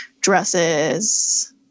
dresses